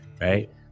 right